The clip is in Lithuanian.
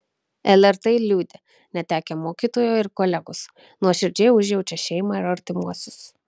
lrt liūdi netekę mokytojo ir kolegos nuoširdžiai užjaučia šeimą ir artimuosius